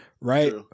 right